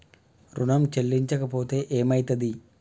ఋణం చెల్లించకపోతే ఏమయితది?